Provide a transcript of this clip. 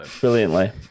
Brilliantly